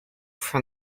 from